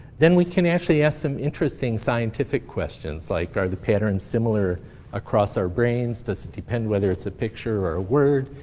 then we can actually ask some interesting scientific questions, like are the patterns similar across our brains? does it depend whether it's a picture or a word?